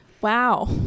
Wow